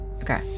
Okay